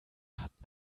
hat